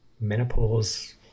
menopause